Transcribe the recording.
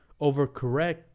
overcorrect